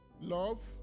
Love